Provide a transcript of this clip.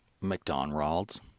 McDonald's